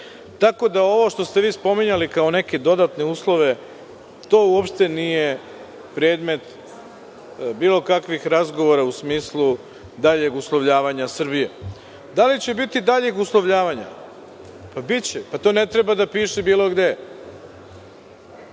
okviru. Ovo što ste vi spominjali kao neke dodatne uslove, to uopšte nije predmet bilo kakvih razgovora, u smislu daljeg uslovljavanja Srbije. Da li će biti daljeg uslovljavanja? Biće, to ne treba da piše bilo gde.